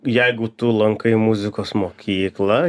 jeigu tu lankai muzikos mokyklą